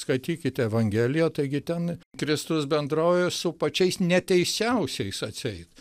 skaitykite evangeliją taigi ten kristus bendrauja su pačiais neteisiausiais atseit